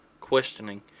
questioning